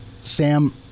Sam